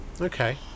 Okay